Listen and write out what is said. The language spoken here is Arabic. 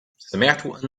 سمعت